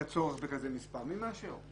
את הצורך בכזה מספר מי מאשר?